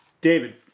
David